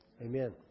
Amen